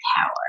power